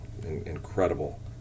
incredible